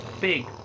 big